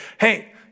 hey